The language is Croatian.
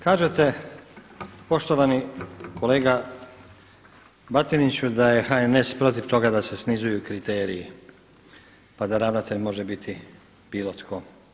Kažete poštovani kolega Batiniću da je HNS protiv toga da se snizuju kriteriji pa da ravnatelj može biti bilo tko.